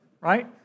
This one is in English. right